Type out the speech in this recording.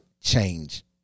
change